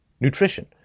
nutrition